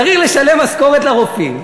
צריך לשלם משכורת לרופאים,